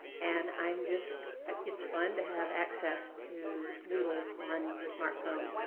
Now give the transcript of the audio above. and i'm just it's fun to have access to moodle on your smart phone,